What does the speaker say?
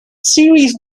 series